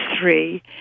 three